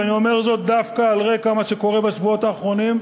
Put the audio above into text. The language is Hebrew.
ואני אומר זאת דווקא על רקע מה שקורה בשבועות האחרונים,